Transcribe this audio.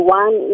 one